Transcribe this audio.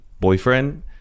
boyfriend